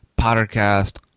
Pottercast